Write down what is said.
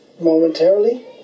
momentarily